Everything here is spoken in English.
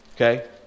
okay